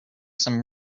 some